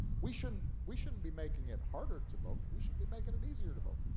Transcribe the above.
we shouldn't we shouldn't be making it harder to vote. we should be making it easier to vote.